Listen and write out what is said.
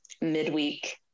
midweek